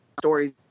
stories